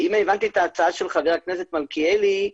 אם הבנתי את ההצעה של חבר הכנסת מלכיאלי,